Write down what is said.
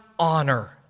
honor